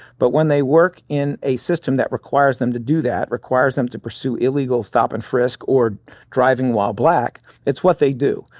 but when they work in a system that requires them to do that, requires them to pursue illegal stop and frisk or driving while black, black, it's what they do.